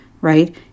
right